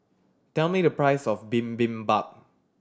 tell me the price of Bibimbap